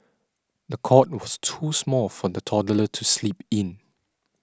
the cot was too small for the toddler to sleep in